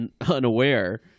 unaware